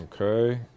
Okay